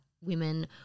women